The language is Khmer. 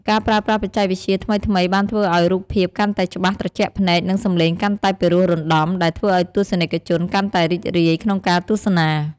ការប្រើប្រាស់បច្ចេកវិទ្យាថ្មីៗបានធ្វើឱ្យរូបភាពកាន់តែច្បាស់ត្រជាក់ភ្នែក និងសំឡេងកាន់តែពីរោះរណ្ដំ ដែលធ្វើឱ្យទស្សនិកជនកាន់តែរីករាយក្នុងការទស្សនា។